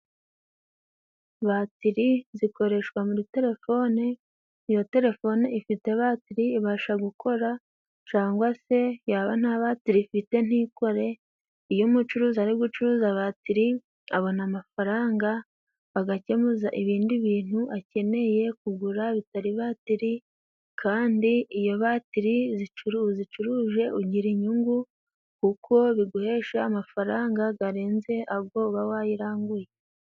Batiri zikoreshwa muri telefone. Iyo telefone ifite batiri ibasha gukora cangwa se yaba nta bateri ifite ntikore. Iyo umucuruzi ari gucuruza batiri, abona amafaranga agakemuza ibindi bintu akeneye kugura bitari bateri. Kandi iyo bateri uzicuruje ugira inyungu kuko biguhesha amafaranga garenze ago uba wayiranguye.